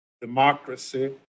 democracy